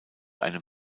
einem